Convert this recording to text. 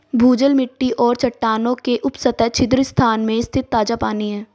भूजल मिट्टी और चट्टानों के उपसतह छिद्र स्थान में स्थित ताजा पानी है